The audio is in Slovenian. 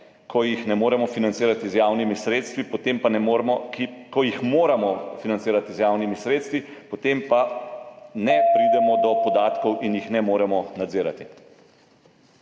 ko jih moramo financirati z javnimi sredstvi, potem pa ne pridemo do podatkov in jih ne moremo nadzirati.